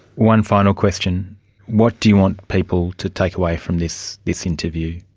one final question what do you want people to take away from this this interview?